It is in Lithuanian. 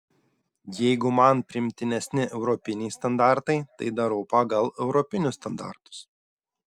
jeigu man priimtinesni europiniai standartai tai darau pagal europinius standartus